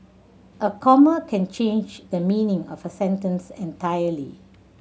a comma can change the meaning of a sentence entirely